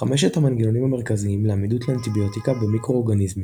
חמשת המנגנונים המרכזיים לעמידות לאנטיביוטיקה במיקרואורגניזמים